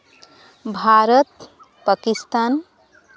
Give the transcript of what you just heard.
Bharat Pakistan